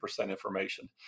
information